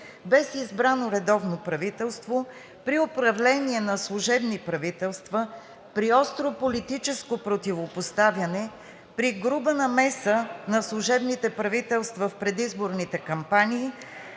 без избрано редовно правителство, при управление на служебни правителства, при остро политическо противопоставяне, при груба намеса на служебните правителства в предизборните кампании,